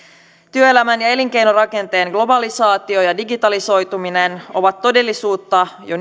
työelämän ja elinkeinorakenteen globalisaatio ja ja digitalisoituminen ovat todellisuutta jo